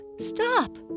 stop